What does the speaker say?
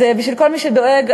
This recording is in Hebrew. בשביל כל מי שדואג,